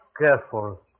Careful